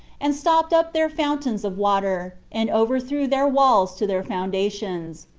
and stopped up their fountains of water, and overthrew their walls to their foundations.